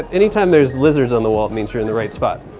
anytime there's lizards on the wall it means you're in the right spot.